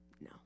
no